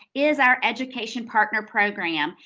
is our education partner program.